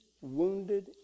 wounded